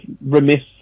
remiss